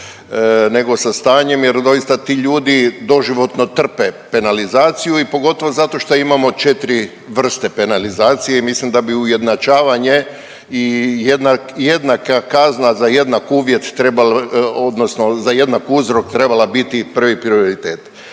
nego sa stanjem jer doista ti ljudi doživotno trpe penalizaciju i pogotovo zato što imamo 4 vrste penalizacije i mislim da bi ujednačavanje i jednaka kazna za jednak uvjet trebala odnosno